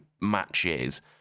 matches